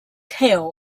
kao